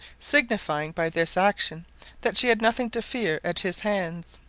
signifying by this action that she had nothing to fear at his hands.